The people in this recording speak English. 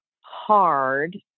hard